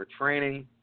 training